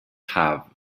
have